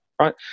right